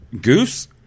Goose